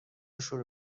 شروع